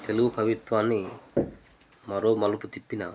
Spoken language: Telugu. తెలుగు కవిత్వాన్ని మరో మలుపు తిప్పిన